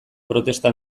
protesta